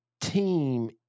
team